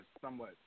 somewhat